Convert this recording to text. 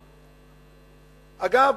אגב,